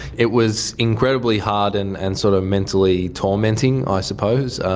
it was incredibly hard and and sort of mentally tormenting i suppose.